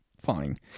Fine